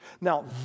Now